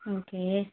okay